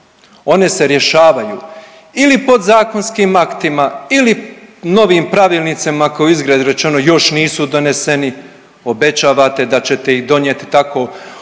One se rješavaju ili podzakonskim aktima ili novim pravilnicima koji uzgred rečeno još nisu doneseni. Obećavate da ćete ih donijeti. Tako